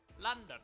London